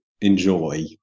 enjoy